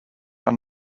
are